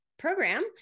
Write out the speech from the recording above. Program